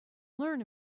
learn